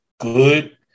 good